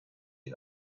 you